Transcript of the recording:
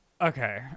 Okay